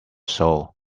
soul